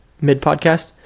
Mid-podcast